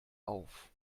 auf